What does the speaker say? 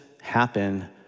happen